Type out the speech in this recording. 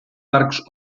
parcs